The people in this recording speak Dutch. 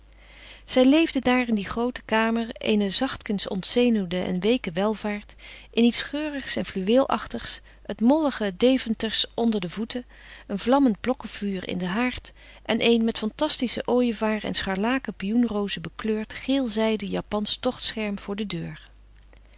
zij leefde daar in die groote kamer in eene zachtkens ontzenuwende en weeke welvaart in iets geurigs en fluweelachtigs het mollige deventersch onder de voeten een vlammend blokkenvuur in den haard en een met fantastische ooievaren en scharlaken pioenrozen bekleurd geel zijden japansch tochtscherm voor de deur